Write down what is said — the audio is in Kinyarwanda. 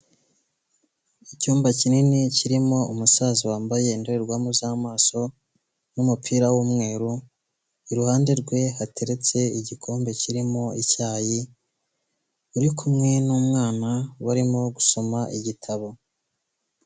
Icyumba kinini kirimo umusaza wambaye indorerwamo z'amaso n'umupira w'umweru, iruhande rwe hateretse igikombe kirimo icyayi uri kumwe n'umwana barimo gusoma igitabo.